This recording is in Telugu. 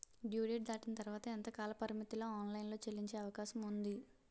డ్యూ డేట్ దాటిన తర్వాత ఎంత కాలపరిమితిలో ఆన్ లైన్ లో చెల్లించే అవకాశం వుంది?